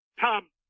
Tom